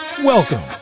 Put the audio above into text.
Welcome